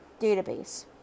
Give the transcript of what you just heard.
database